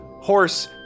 horse